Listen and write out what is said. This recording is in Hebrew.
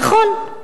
נכון,